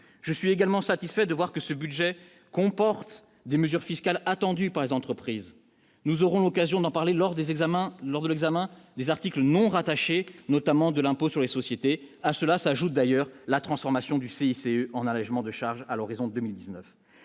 je suis également satisfait de voir que ce budget comporte des mesures fiscales attendues par les entreprises, nous aurons l'occasion d'en parler lors des examens lors de l'examen des articles non rattachés, notamment de l'impôt sur les sociétés à cela s'ajoute d'ailleurs : la transformation du CICE en allégements de charges à l'horizon 2019,